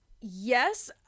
Yes